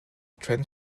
trend